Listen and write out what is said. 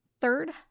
Third